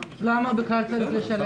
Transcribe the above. למה הוא בכלל צריך לשלם?